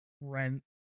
rent